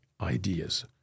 Ideas